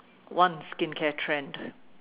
one skincare trend